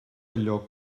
allò